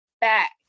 back